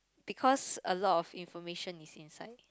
because a lot of information is inside